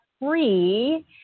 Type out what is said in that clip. free